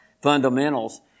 fundamentals